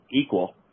equal